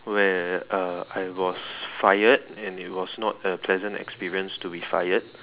where uh I was fired and it was not a pleasant experience to be fired